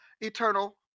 eternal